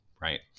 Right